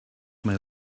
may